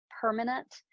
permanent